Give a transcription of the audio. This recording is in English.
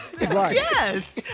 Yes